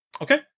Okay